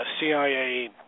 CIA